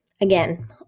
Again